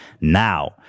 now